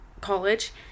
college